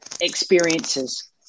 experiences